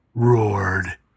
Roared